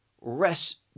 rest